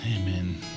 Amen